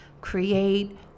create